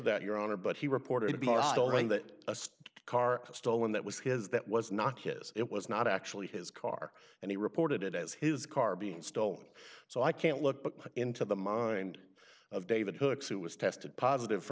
that your honor but he reported borrowing that car stolen that was his that was not his it was not actually his car and he reported it as his car being stolen so i can't look into the mind of david hookes it was tested positive for